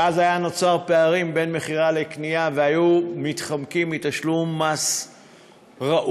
ואז היו נוצרים פערים בין מכירה לקנייה והיו מתחמקים מתשלום מס ראוי,